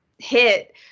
hit